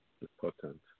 important